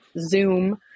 zoom